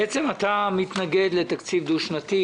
בעצם אתה מתנגד לתקציב דו-שנתי,